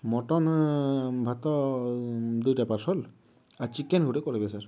mutton ଭାତ ଦୁଇଟା parcel ଆଉ ଚିକେନ୍ ଗୋଟେ କରିବେ ସାର୍